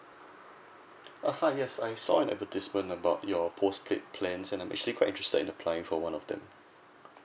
uh hi yes I saw an advertisement about your postpaid plans and I'm actually quite interested in applying for one of them